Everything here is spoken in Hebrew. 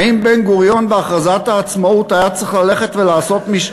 האם בן-גוריון בהכרזת העצמאות היה צריך ללכת ולעשות משאל,